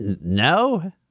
No